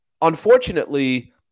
unfortunately